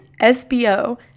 SBO